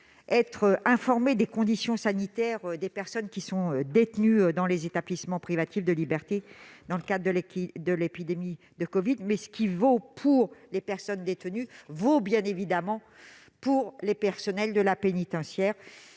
être informé des conditions sanitaires des personnes détenues dans les établissements privatifs de liberté dans le contexte de l'épidémie de covid. Ce qui vaut pour les personnes détenues vaut évidemment pour les personnels de l'administration